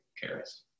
cares